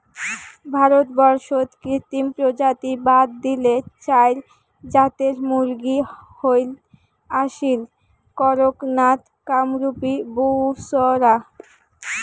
ভারতবর্ষত কৃত্রিম প্রজাতি বাদ দিলে চাইর জাতের মুরগী হই আসীল, কড়ক নাথ, কামরূপী, বুসরা